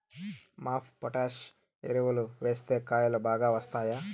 MOP potash ఎరువులు వేస్తే కాయలు బాగా వస్తాయా?